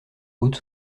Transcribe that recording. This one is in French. haute